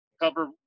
cover